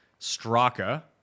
straka